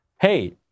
hey